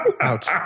Ouch